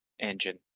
engine